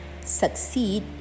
succeed